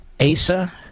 Asa